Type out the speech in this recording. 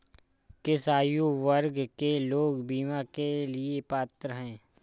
किस आयु वर्ग के लोग बीमा के लिए पात्र हैं?